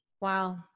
Wow